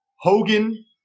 Hogan